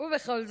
ובכל זאת,